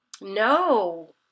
No